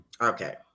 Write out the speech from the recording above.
Okay